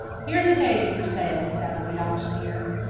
here's a baby for sale, shouted the auctioneer.